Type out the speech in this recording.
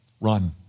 Run